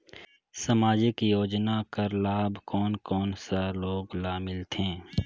समाजिक योजना कर लाभ कोन कोन सा लोग ला मिलथे?